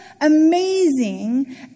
amazing